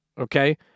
okay